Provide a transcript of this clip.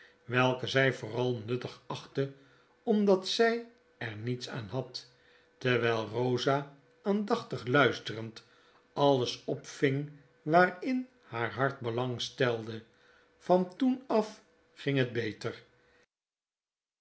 welke zy vooral nuttig achtte omdat zy er niets aan had terwijl rosa aandachtig luisterend alles opving waarin haar hart belang stelde van toen af ging het beter